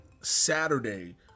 Saturday